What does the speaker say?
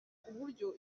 uburyo